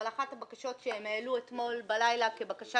אבל אחת הבקשות שהם העלו אתמול בלילה כבקשה